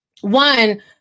One